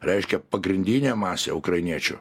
reiškia pagrindinė masė ukrainiečių